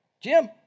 Jim